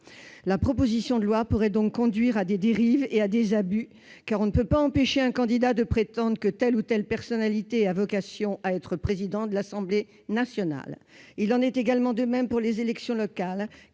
La proposition de loi pourrait donc conduire à des dérives et à des abus, car on ne peut pas empêcher un candidat de prétendre que telle ou telle personnalité a vocation à être président de l'Assemblée nationale. Il en est également de même pour les élections locales,